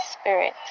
Spirit